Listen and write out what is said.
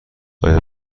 آیا